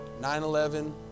9-11